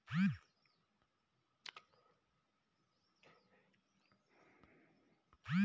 अहीर समुदाय ने मांग की कि सार्वजनिक सिंचाई जल स्रोत सभी जातियों के लिए खुले हों